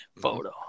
photo